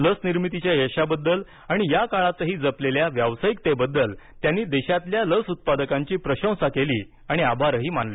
लस निर्मितीच्या यशाबद्दल आणि या काळातही जपलेल्या व्यावसायीकतेबद्दल त्यांनीदेशातील लस उत्पादकांची प्रशंसा केली आणि आभारही मानले